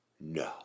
No